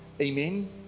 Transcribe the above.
Amen